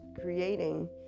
creating